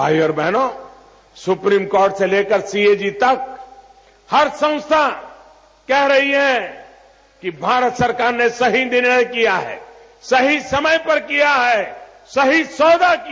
भाईयों बहनों supreme court से लेकर सीएजी तक हर संस्था कह रही है कि भारत सरकार ने सही निर्णय किया सही समय पर सौदा किया